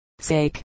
Sake